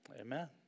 Amen